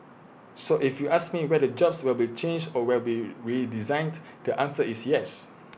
so if you ask me whether jobs will be changed or will be redesigned the answer is yes